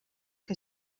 que